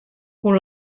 hoe